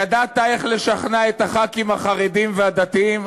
ידעת איך לשכנע את חברי הכנסת החרדים והדתיים.